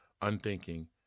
unthinking